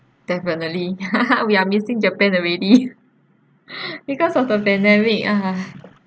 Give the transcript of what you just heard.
definitely we are missing japan already because of the pandemic ah